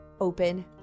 open